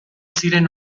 ziren